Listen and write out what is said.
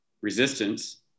resistance